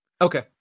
okay